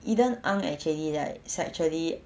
eden ang actually like sexually